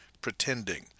pretending